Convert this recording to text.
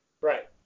right